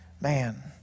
Man